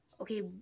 okay